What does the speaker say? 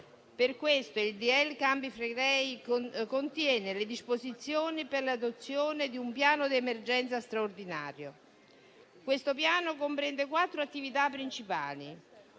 decreto-legge Campi Flegrei contiene le disposizioni per l'adozione di un piano di emergenza straordinario che comprende quattro attività principali: